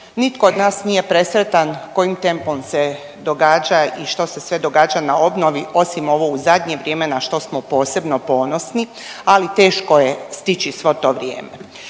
Nitko od nas nije presretan kojim tempom se događa i što se sve događa na obnovi osim ovo u zadnje vrijeme na što smo posebno ponosni, ali teško je stići svo to vrijeme.